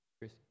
Chris